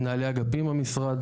מנהלי אגפים במשרד